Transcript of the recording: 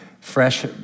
fresh